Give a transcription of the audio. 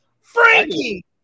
Frankie